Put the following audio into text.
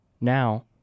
Now